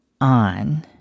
on